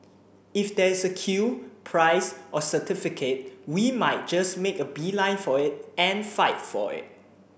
if there's a queue prize or certificate we might just make a beeline for it and fight for it